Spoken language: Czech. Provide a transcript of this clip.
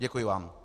Děkuji vám.